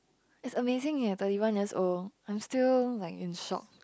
it's amazing eh thirty one years old I'm still like in shock